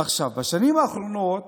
עכשיו, בשנים האחרונות